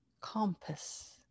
compass